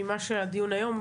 ממה שהדיון היום,